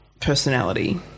personality